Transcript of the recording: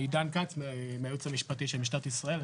עידן כץ, מהיעוץ המשפטי של משטרת ישראל.